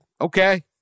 okay